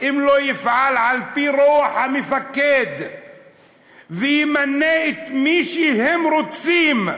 אם הוא לא יפעל על-פי רוח המפקד וימנה את מי שהם רוצים,